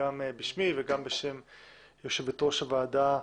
גם בשמי וגם יושבת ראש הוועדה.